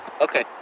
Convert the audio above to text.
Okay